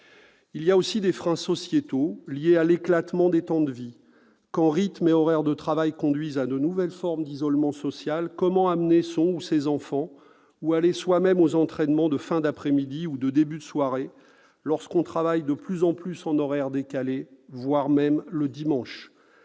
budgétaire. Ces freins sont sociétaux, encore, liés à l'éclatement des temps de vie, quand rythmes et horaires de travail conduisent à de nouvelles formes d'isolement social. Comment amener son ou ses enfants ou aller soi-même aux entraînements de fin d'après-midi ou de début de soirée lorsque l'on travaille de plus en plus en horaires décalés, voire le dimanche ?